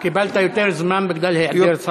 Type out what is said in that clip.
קיבלת יותר זמן בגלל היעדר שר.